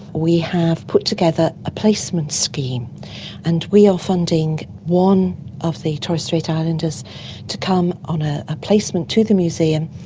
we have put together a placement scheme and we are funding one of the torres strait islanders to come on ah a placement to the museum,